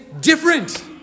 different